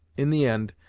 in the end,